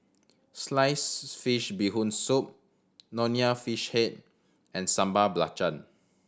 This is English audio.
sliced fish Bee Hoon Soup Nonya Fish Head and Sambal Belacan